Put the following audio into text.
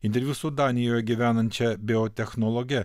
interviu su danijoje gyvenančia biotechnologe